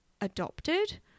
adopted